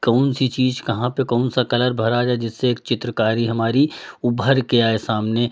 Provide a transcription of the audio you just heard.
कौन सी चीज़ कहाँ पे कौन सा कलर भरा जाए जिससे एक चित्रकारी हमारी उभर के आए सामने